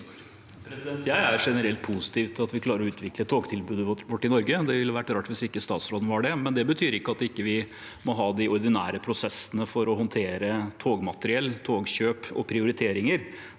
Jeg er generelt positiv til at vi klarer å utvikle togtilbudet vårt i Norge, det ville vært rart hvis ikke statsråden var det. Det betyr ikke at vi ikke må ha de ordinære prosessene for å håndtere togmateriell, togkjøp og prioriteringer.